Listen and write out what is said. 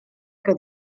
que